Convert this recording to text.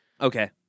Okay